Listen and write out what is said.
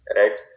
right